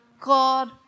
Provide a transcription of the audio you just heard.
God